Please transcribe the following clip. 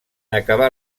acabar